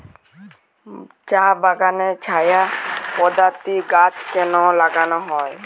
চা বাগানে ছায়া প্রদায়ী গাছ কেন লাগানো হয়?